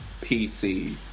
PC